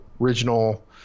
original